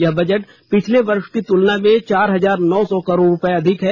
यह बजट पिछले वर्ष की तुलना में चार हजार नौ सौ करोड़ रुपये अधिक है